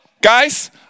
guys